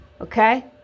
Okay